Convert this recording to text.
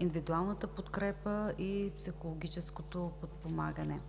индивидуалната подкрепа и психологическото подпомагане.